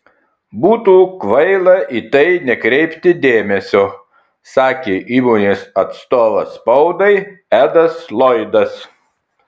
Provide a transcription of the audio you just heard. būtų kvaila į tai nekreipti dėmesio sakė įmonės atstovas spaudai edas loydas